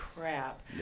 crap